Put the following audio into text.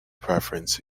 preference